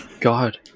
God